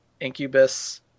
Incubus